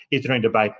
is there any debate?